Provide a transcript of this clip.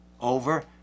Over